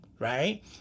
right